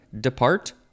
depart